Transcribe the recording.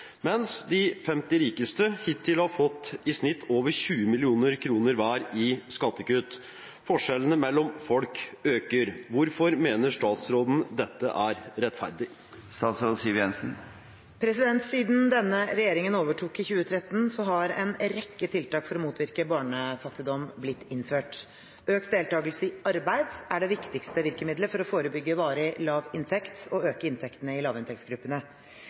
mens de 50 rikeste hittil har fått i snitt over 20 millioner kroner hver i skattekutt. Forskjellene mellom folk øker. Hvorfor mener statsråden dette er rettferdig?» Siden denne regjeringen overtok i 2013, har en rekke tiltak for å motvirke barnefattigdom blitt innført. Økt deltakelse i arbeidslivet er det viktigste virkemiddelet for å forebygge varig lav inntekt og øke inntektene i lavinntektsgruppene.